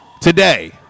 today